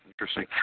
Interesting